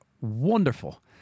wonderful